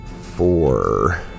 Four